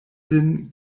sin